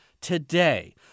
today